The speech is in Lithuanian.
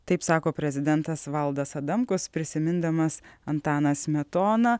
taip sako prezidentas valdas adamkus prisimindamas antaną smetoną